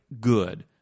good